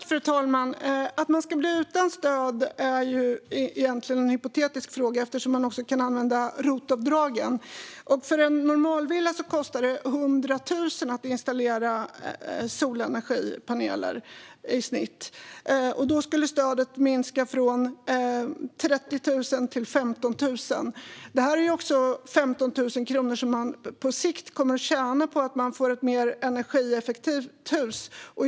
Fru talman! Att man ska bli utan stöd är egentligen en hypotetisk fråga, eftersom man också kan använda ROT-avdrag. För en normalvilla kostar det i genomsnitt 100 000 kronor att installera solenergipaneler. Då skulle stödet minska från 30 000 kronor till 15 000 kronor. Detta är 15 000 kronor som man på sikt kommer att tjäna på att man får ett mer energieffektivt hus.